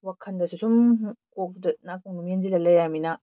ꯋꯥꯈꯜꯗꯁꯨ ꯁꯨꯝ ꯀꯣꯛꯇ ꯅꯥꯀꯣꯡꯗꯣ ꯃꯦꯟꯁꯤꯜꯂ ꯂꯩꯔꯃꯤꯅ